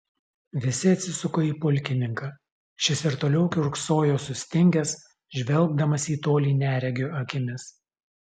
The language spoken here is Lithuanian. visi atsisuko į pulkininką šis ir toliau kiurksojo sustingęs žvelgdamas į tolį neregio akimis